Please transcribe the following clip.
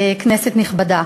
כנסת נכבדה,